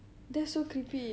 that's so creepy